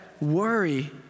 worry